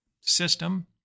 system